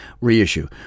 reissue